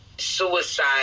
suicide